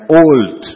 old